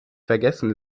vergessen